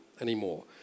anymore